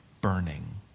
burning